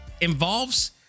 involves